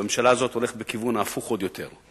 והממשלה הזאת הולכת בכיוון ההפוך עוד יותר.